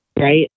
Right